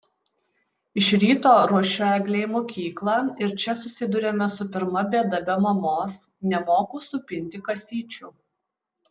iš ryto ruošiu eglę į mokyklą ir čia susiduriame su pirma bėda be mamos nemoku supinti kasyčių